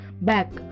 back